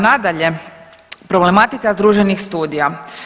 Nadalje, problematika združenih studija.